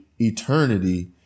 eternity